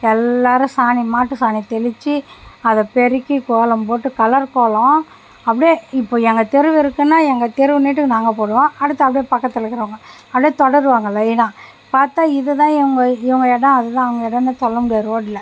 எல்லோரும் சாணி மாட்டு சாணியை தெளித்து அதை பெருக்கி கோலம் போட்டு கலர் கோலம் அப்படியே இப்போ எங்க தெருவு இருக்குன்னா எங்கள் தெருவு நீட்டுக்கு நாங்கள் போடுவோம் அடுத்த அப்படியே பக்கத்தில் இருக்கிறவுங்க அப்படியே தொடருவங்க லைன்னாக பார்த்தா இதுதான் இவங்க இவங்க இடம் அதுதான் அவங்க இடம்னு சொல்ல முடியாது ரோட்டில்